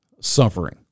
suffering